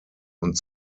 und